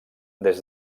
des